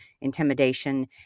intimidation